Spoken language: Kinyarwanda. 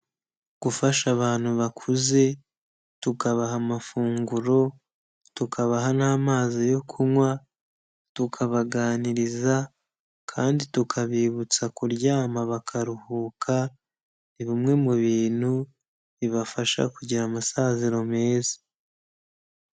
Gufasha abantu bakuze tukabaha amafunguro, tukabaha n'amazi yo kunywa, tukabaganiriza kandi tukabibutsa kuryama bakaruhuka, ni bimwe mu bintu bibafasha kugira amasaziro meza.